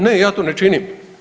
Ne ja to ne činim.